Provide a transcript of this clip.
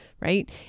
right